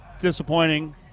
disappointing